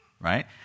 right